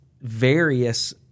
various